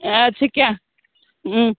آدٕ سا کیٛاہ